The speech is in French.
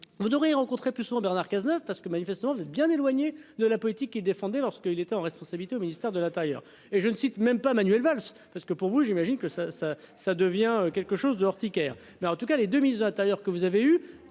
vous n'aurez rencontrer plus souvent Bernard Cazeneuve parce que manifestement vous êtes bien éloigné de la politique qui défendait lorsqu'il était en responsabilité au ministère de l'Intérieur et je ne cite même pas Manuel Valls parce que pour vous, j'imagine que ça ça ça devient quelque chose de urticaire mais en tout cas les deux, ministre de l'Intérieur que vous avez eu